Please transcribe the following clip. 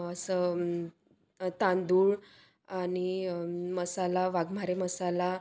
असं तांदूळ आणि मसाला वाघमारे मसाला